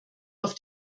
auf